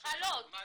--- אותך לא,